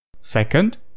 Second